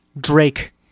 Drake